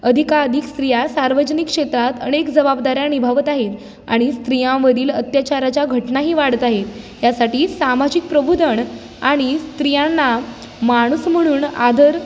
अधिकाधिक स्त्रिया सार्वजनिक क्षेत्रात अनेक जबाबदाऱ्या निभावत आहेत आणि स्त्रियांवरील अत्याचाराच्या घटनाही वाढत आहेत यासाठी सामाजिक प्रबोधन आणि स्त्रियांना माणूस म्हणून आदर